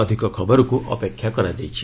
ଅଧିକ ଖବରକୁ ଅପେକ୍ଷା କରାଯାଇଛି